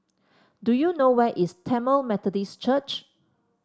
do you know where is Tamil Methodist Church